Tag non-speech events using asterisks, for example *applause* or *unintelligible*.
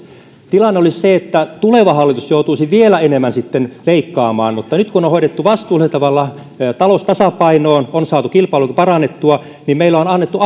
tilanne olisi se että tuleva hallitus joutuisi vielä enemmän sitten leikkaamaan mutta nyt kun on on hoidettu vastuullisella tavalla talous tasapainoon ja saatu kilpailukyky parannettua meillä on annettu *unintelligible*